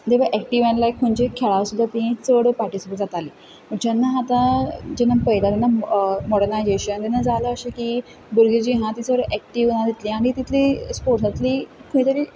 दे वर एक्टिव आनी लायक खंयच्या खेळान सुद्दा तीं चड पार्टिसीपेट जातालीं जेन्ना आतां जेन्ना पळयता तेन्ना मोडर्नायजेशन तेन्ना जालें अशें की भुरगीं जीं आसा तीं चड एक्टिव ना तितलीं आनी तितलीं स्पोर्ट्सांतलीं खंय तरी